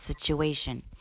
situation